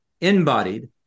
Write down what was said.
embodied